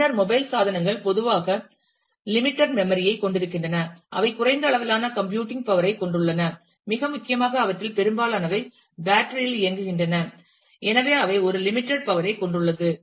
பின்னர் மொபைல் சாதனங்கள் பொதுவாக லிமிட்டட் நன்னரி ஐ கொண்டிருக்கின்றன அவை குறைந்த அளவிலான கம்ப்யூட்டிங் பவர் ஐ கொண்டுள்ளன மிக முக்கியமாக அவற்றில் பெரும்பாலானவை பேட்டரியில் இயங்குகின்றன எனவே அவை ஒரு limited powerஐ கொண்டுள்ளன